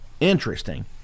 Interesting